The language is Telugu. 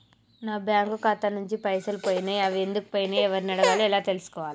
నా బ్యాంకు ఖాతా నుంచి పైసలు పోయినయ్ అవి ఎందుకు పోయినయ్ ఎవరిని అడగాలి ఎలా తెలుసుకోవాలి?